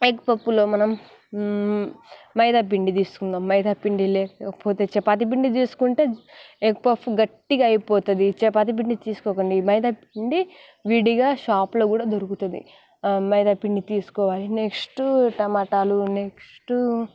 egg పప్పులో మనం మైదాపిండి తీసుకుందాము మైదాపిండి లేకపోతే చపాతి పిండి తీసుకుంటే ఎగ్ పఫ్ఫు గట్టిగా అయిపోతుంది చపాతి పిండి తీసుకోకండి మైదాపిండి విడిగా షాప్లో కూడా దొరుకుతుంది మైదాపిండి తీసుకోవాలి నెక్స్ట్ టమాటాలు నెక్స్ట్